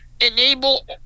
enable